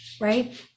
right